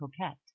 coquette